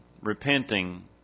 repenting